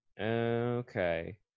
Okay